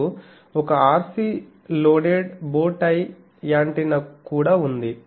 ఇప్పుడు ఒక RC loaded bow tie antenna కూడా ఉంది